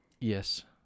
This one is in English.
Yes